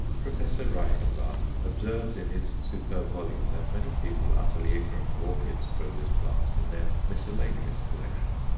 professor reichenbach observes in his superb volume that many people utterly ignorant of orchids grow this plant in their miscellaneous collection.